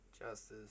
Justice